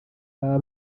baba